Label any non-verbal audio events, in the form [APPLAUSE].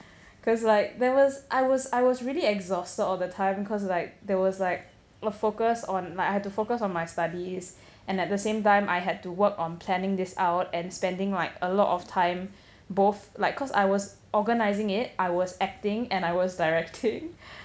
cause like there was I was I was really exhausted all the time cause like there was like a focus on like I had to focus on my studies [BREATH] and at the same time I had to work on planning this out and spending like a lot of time [BREATH] both like cause I was organising it I was acting and I was directing [LAUGHS]